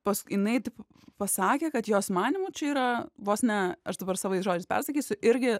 pask jinai taip pasakė kad jos manymu čia yra vos ne aš dabar savais žodžiais persakysiu irgi